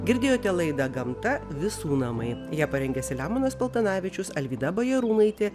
girdėjote laidą gamta visų namai ją parengė selemonas paltanavičius alvyda bajarūnaitė